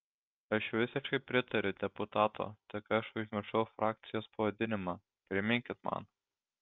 aš visiškai pritariu deputato tik aš užmiršau frakcijos pavadinimą priminkit man